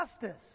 justice